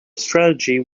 strategy